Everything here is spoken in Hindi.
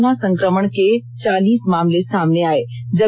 कल कोरोना संकमण के चालीस मामले सामने आये